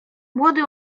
młody